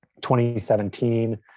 2017